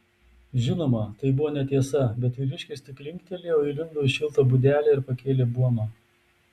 žinoma tai buvo netiesa bet vyriškis tik linktelėjo įlindo į šiltą būdelę ir pakėlė buomą